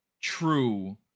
true